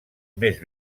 més